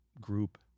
group